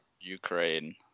Ukraine